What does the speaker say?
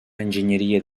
enginyeria